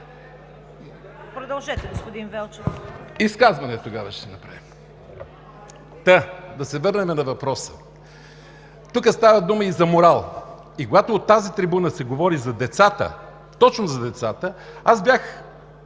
Продължете, господин Велчев. КРАСИМИР ВЕЛЧЕВ: Изказване тогава ще направим. Та, да се върнем на въпроса. Тук става дума и за морал. Когато от тази трибуна се говори за децата, точно за децата, аз бях,